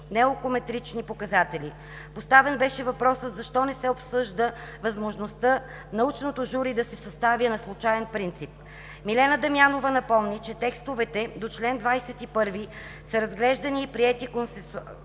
наукометрични показатели. Поставен беше въпросът защо не се обсъжда възможността научното жури да се съставя на случаен принцип. Милена Дамянова напомни, че текстовете до чл. 21 са разглеждани и приети консенсусно